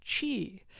chi